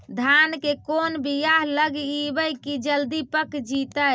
धान के कोन बियाह लगइबै की जल्दी पक जितै?